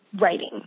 writing